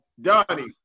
Donnie